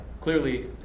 clearly